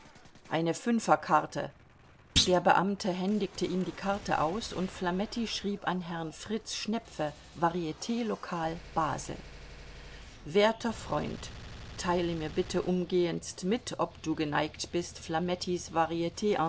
eine fünferkarte der beamte händigte ihm die karte aus und flametti schrieb an herrn fritz schnepfe vartietlokal basel werter freund teile mir bitte umgehendst mit ob du geneigt bist